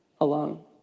alone